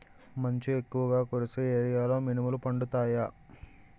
మంచు ఎక్కువుగా కురిసే ఏరియాలో మినుములు పండుతాయా?